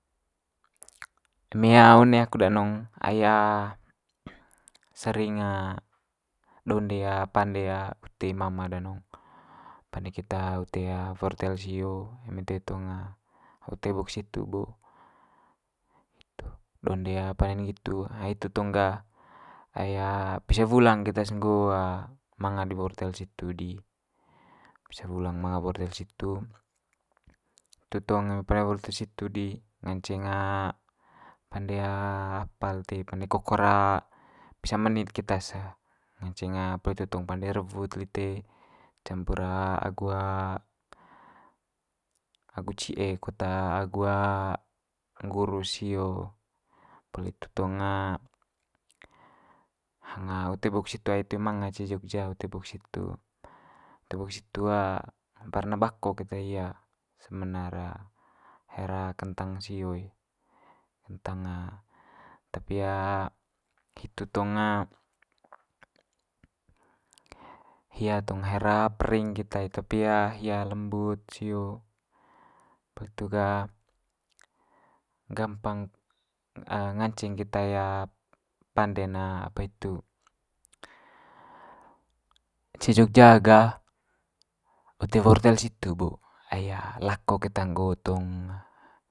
eme one aku danong ai sering donde pande ute mama danong. Pande keta ute wortel sio eme toe tong ute bok situ bo hitu, donde pande nggitu hitu tong gah ai pisa wulang keta's nggo manga di wortel situ di, pisa wulang manga wortel situ itu tong pande wortel situ di nganceng pande apa lite pande kokor pisa menit keta's se nganceng poli itu tong pande rewut lite campur agu agu cie kut agu nggurus sio. Poli itu tong hang ute bok situ ai toe manga ce jogja ute bok situ, ute bok situ warna bakok keta hia sebenar haer kentang sio i, kentang tapi hitu tong hia tong haer pering keta i tapi lembut sio. Poli itu ga gampang nganceng keta pande'n apa hitu. Ce jogja gah ute wortel situ bo ai lako keta nggo tong.